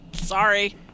sorry